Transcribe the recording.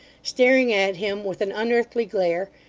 staring at him with an unearthly glare,